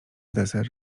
deser